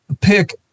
pick